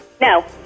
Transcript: No